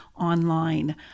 online